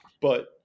But-